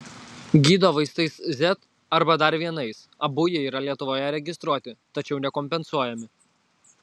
gydo vaistais z arba dar vienais abu jie yra lietuvoje registruoti tačiau nekompensuojami